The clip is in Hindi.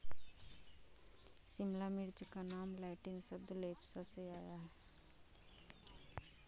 शिमला मिर्च का नाम लैटिन शब्द लेप्सा से आया है